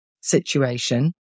situation